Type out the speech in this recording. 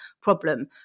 problem